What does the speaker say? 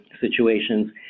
situations